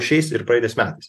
šiais ir praeitais metais